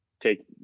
take